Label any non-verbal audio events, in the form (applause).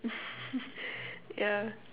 (laughs) yeah